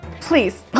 please